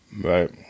right